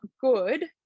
good